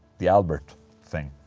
the albert thing.